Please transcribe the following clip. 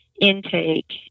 intake